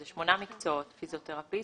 שמונה מקצועות - פיזיותרפיסטים,